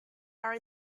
are